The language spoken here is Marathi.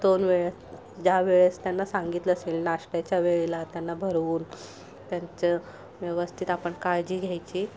दोन वेळ ज्या वेळेस त्यांना सांगितलं असेल नाश्त्याच्या वेळेला त्यांना भरवून त्यांचं व्यवस्थित आपण काळजी घ्यायची